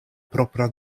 propra